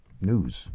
news